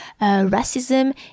racism